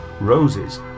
roses